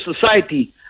society